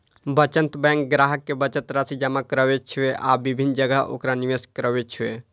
बचत बैंक ग्राहक के बचत राशि जमा करै छै आ विभिन्न जगह ओकरा निवेश करै छै